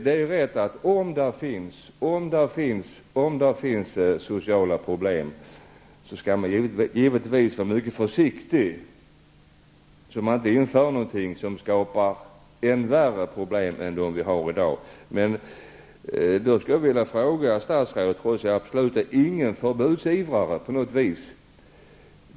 Det är rätt att man, om det finns sociala problem, givetvis skall vara mycket försiktig, så att man inte inför något som skapar än värre problem än de man har i dag. Men jag skulle vilja ställa en fråga till statsrådet, trots att jag inte på något vis är någon förbudsivrare.